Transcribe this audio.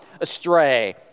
astray